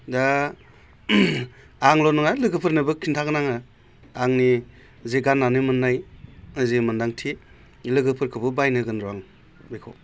दा आंल' नङा लोगोफोरनोबो खिन्थागोन आङो आंनि जे गान्नानै मोन्नाय जे मोनदांथि लोगोफोरखौबो बायनो होगोन र' आं बेखौ